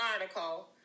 article